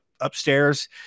upstairs